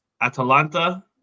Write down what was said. atalanta